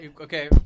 Okay